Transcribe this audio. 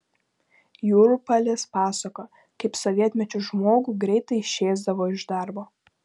jurpalis pasakojo kaip sovietmečiu žmogų greitai išėsdavo iš darbo